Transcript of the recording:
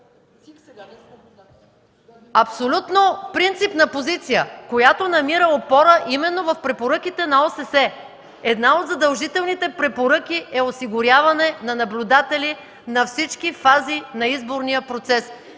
Абсолютно принципна позиция, която намира опора именно в препоръките на ОССЕ. Една от задължителните препоръки е осигуряване на наблюдатели на всички фази на изборния процес,